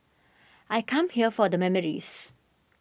I come here for the memories